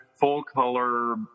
full-color